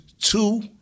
two